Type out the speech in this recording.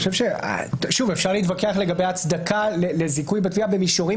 אפשר להתווכח לגבי ההצדקה לזיכוי בתביעה במישורים